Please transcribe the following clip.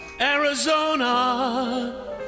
Arizona